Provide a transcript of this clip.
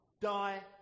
Die